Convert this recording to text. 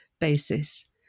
basis